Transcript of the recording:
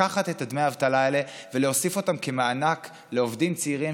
לקחת את דמי האבטלה האלה ולהוסיף אותם כמענק לעובדים צעירים